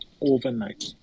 overnight